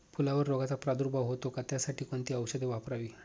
फुलावर रोगचा प्रादुर्भाव होतो का? त्यासाठी कोणती औषधे वापरावी?